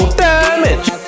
damage